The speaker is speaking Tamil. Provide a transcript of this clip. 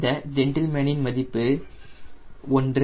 இந்த ஜென்டில்மேன் இன் மதிப்பு ஒன்று